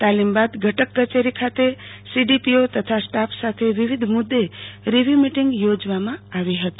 તાલીમબાદ ઘટક કચેરી ખાતે સી ડી પી ઓ તથા સ્ટાફ સાથ વિવિધ મુદદે રિવ્યુ મિટીંગ યોજવામાં આવી હતો